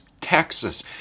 Texas